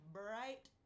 bright